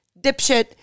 dipshit